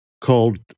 called